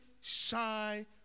shy